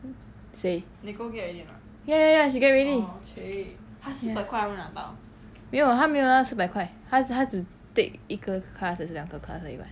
谁 ya ya ya she get ready ya 没有她没有那个四百块她她只 take 一个 class 还是两个 class 而已 [what]